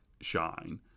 shine